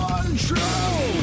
untrue